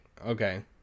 Okay